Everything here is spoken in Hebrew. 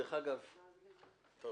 (הישיבה נפסקה בשעה 14:30 ונתחדשה בשעה 14:57.) אני